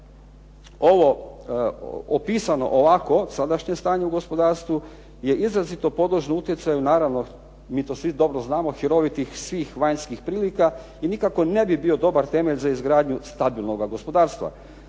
ovo opisano ovako sadašnje stanje u gospodarstvu je izrazito podložno utjecaju naravno mi to svi dobro znamo hirovitih svih vanjskih prilika i nikako ne bi bio dobar temelj za izgradnju stabilnoga gospodarstva.